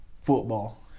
football